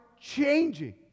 changing